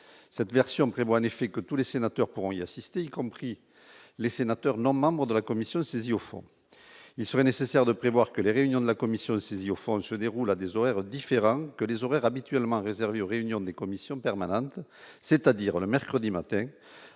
cette version prévoit en effet que tous les sénateurs pourront y assister, y compris les sénateurs non membres de la commission, saisie au fond, il serait nécessaire de prévoir que les réunions de la commission, saisie au fond, se déroule à des horaires différents, que les horaires habituellement réservé aux réunions des commissions permanentes, c'est-à-dire le mercredi matin